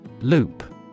Loop